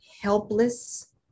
helpless